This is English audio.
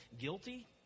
guilty